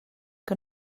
que